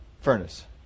furnace